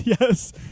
Yes